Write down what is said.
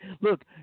Look